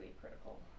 critical